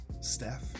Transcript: Steph